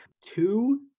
two